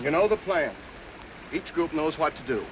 you know the players each group knows what to do